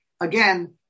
again